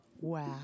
Wow